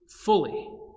fully